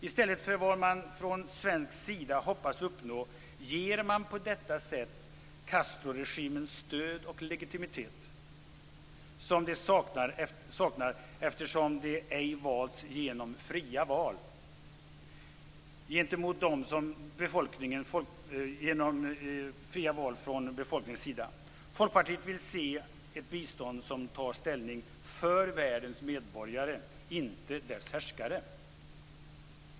I stället för vad man från svensk sida hoppas uppnå ger man på detta sätt Castroregimen stöd och legitimitet, som den saknar eftersom den ej valts genom fria val från befolkningens sida. Folkpartiet vill se ett bistånd som tar ställning för världens medborgare - inte för deras härskare.